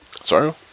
Sorry